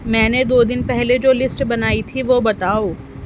میں نے دو دن پہلے جو لسٹ بنائی تھی وہ بتاؤ